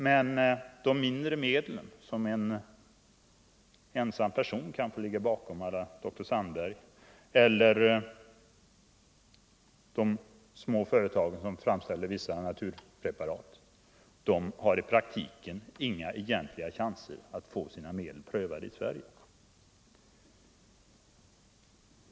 Men den enskilda person som å la doktor Sandberg ligger bakom ett medel eller de små företagen som framställer vissa naturpreparat har i praktiken inga egentliga chanser att få sina medel prövade i Sverige.